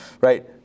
Right